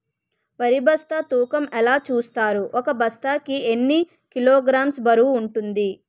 వరి బస్తా తూకం ఎలా చూస్తారు? ఒక బస్తా కి ఎన్ని కిలోగ్రామ్స్ బరువు వుంటుంది?